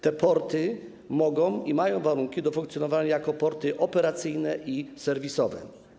Te porty mogą i mają warunki do funkcjonowania jako porty operacyjne i serwisowe.